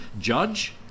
judge